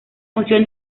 función